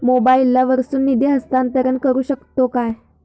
मोबाईला वर्सून निधी हस्तांतरण करू शकतो काय?